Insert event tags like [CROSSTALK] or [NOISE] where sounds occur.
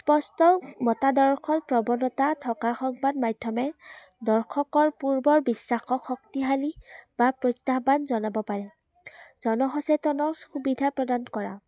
স্পষ্ট মতা [UNINTELLIGIBLE] প্ৰৱণতা থকা সংবাদ মাধ্যমে দৰ্শকৰ পূৰ্বৰ বিশ্বাসক শক্তিশালী বা প্ৰত্যাহ্বান জনাব পাৰে জনসচেতনৰ সুবিধা প্ৰদান কৰা